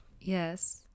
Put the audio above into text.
yes